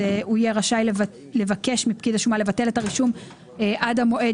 הוא יהיה רשאי לבקש מפקיד השומה לבטל את הרישום עד המועד